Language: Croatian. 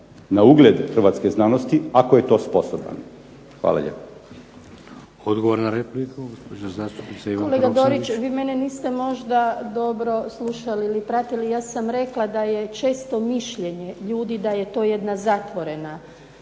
na ugled hrvatske znanosti, ako je to sposoban. Hvala lijepo. **Šeks, Vladimir (HDZ)** Odgovor na repliku, gospođa zastupnica Ivanka Roksandić. **Roksandić, Ivanka (HDZ)** Kolega Dorić vi mene niste možda dobro slušali ili pratili, ja sam rekla da je često mišljenje ljudi da je to jedna zatvorena